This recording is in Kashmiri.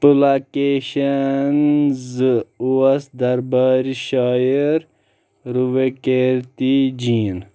پُلاکیشَن زٕ اوس دربارِ شاعر رُویکیتی جیٖن